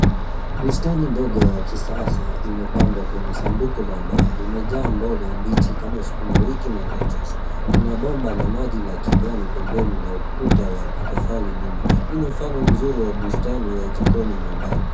Bustani ndogo ya kisasa imepandwa kwenye sanduku la mbao. Limejaa mboga mbichi kama sukuma wiki na letus. Kuna bomba la maji la kijani pembeni na ukuta wa matofali nyuma. Ili mfano mzuri wa bustani ya jikoni nyumbani.